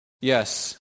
Yes